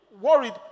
worried